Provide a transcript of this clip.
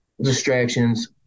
distractions